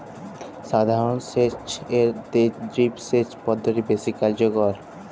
সাধারণ সেচ এর চেয়ে ড্রিপ সেচ পদ্ধতি বেশি কার্যকর